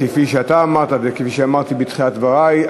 כפי שאתה אמרת וכפי שאמרתי בתחילת דברי,